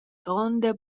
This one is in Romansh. gronda